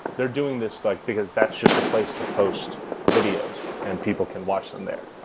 they're doing this like because that's just a place to post videos and people can watch them there.